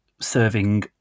serving